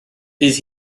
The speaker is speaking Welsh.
bydd